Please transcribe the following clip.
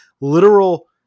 literal